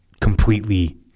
completely